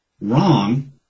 wrong